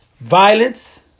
violence